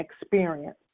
experience